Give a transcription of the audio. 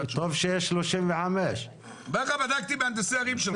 טוב שיש 35. בדקתי עם מהנדסי ערים שלך.